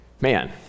man